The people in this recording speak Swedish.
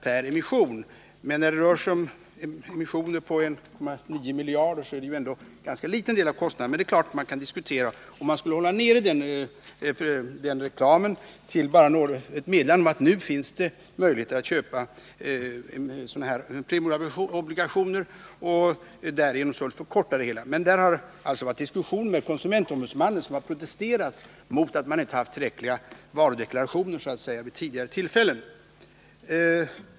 per emission, men när det rör sig om emissioner om 1,9 miljarder blir det ändå bara en ganska liten del av kostnaderna. Det är klart att man kan diskutera om den reklamen bör hållas nere och inskränkas till bara ett meddelande om att det finns möjlighet att köpa premieobligationer. Därigenom kan man förkorta det hela. Det har varit en diskussion om detta med konsumentombudsmannen, som har protesterat mot otillräckliga varudeklarationer vid tidigare tillfällen.